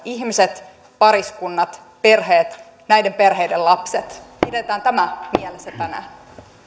ihmiset pariskunnat perheet näiden perheiden lapset pidetään tämä mielessä tänään